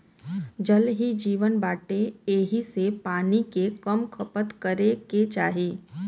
जल ही जीवन बाटे एही से पानी के कम खपत करे के चाही